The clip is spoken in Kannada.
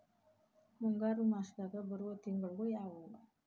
ಮುಂಗಾರು ಮಾಸದಾಗ ಬರುವ ತಿಂಗಳುಗಳ ಯಾವವು?